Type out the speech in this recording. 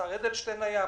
השר אדלשטיין היה,